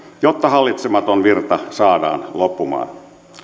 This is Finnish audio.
jotta hallitsematon virta saadaan loppumaan